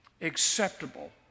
acceptable